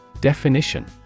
Definition